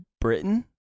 Britain